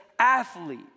Athlete